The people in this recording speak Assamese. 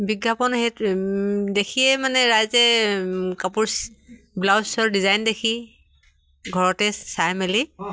বিজ্ঞাপন সেই দেখিয়ে মানে ৰাইজে কাপোৰ ব্লাউজৰ ডিজাইন দেখি ঘৰতে চাই মেলি